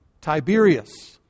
Tiberius